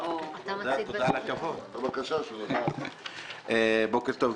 בוקר טוב,